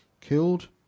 killed